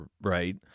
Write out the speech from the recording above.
right